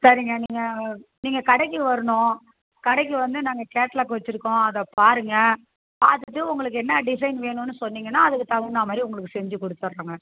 சரிங்க நீங்கள் நீங்கள் கடைக்கு வரணும் கடைக்கு வந்து நாங்கள் கேட்லாக் வெச்சுருக்கோம் அதை பாருங்க பார்த்துட்டு உங்களுக்கு என்ன டிசைன் வேணுன்னு சொன்னீங்கன்னால் அதுக்கு தகுந்த மாதிரி உங்களுக்கு செஞ்சு கொடுத்துட்றோங்க